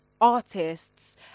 artists